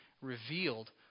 revealed